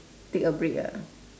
take a break ah